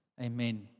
amen